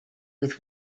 with